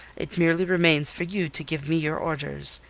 it merely remains for you to give me your orders.